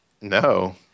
no